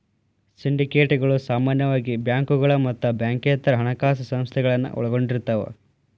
ಸಿಂಡಿಕೇಟ್ಗಳ ಸಾಮಾನ್ಯವಾಗಿ ಬ್ಯಾಂಕುಗಳ ಮತ್ತ ಬ್ಯಾಂಕೇತರ ಹಣಕಾಸ ಸಂಸ್ಥೆಗಳನ್ನ ಒಳಗೊಂಡಿರ್ತವ